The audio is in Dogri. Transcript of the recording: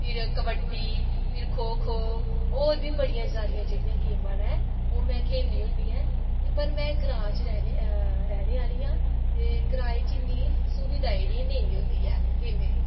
फिर कबड्डी फिर खोखो होर बी बड़ियां सारियां जेह्ड़ियां गेमां नै ओह् मैं खेलनी होन्नी ऐं पर मैं ग्रांऽ च रैह्ने रैह्ने आह्ली आं ते ग्राएं च इन्नी सुविधा जेह्ड़ी नेईं होंदी ऐ गोमें दी